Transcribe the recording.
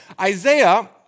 Isaiah